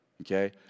Okay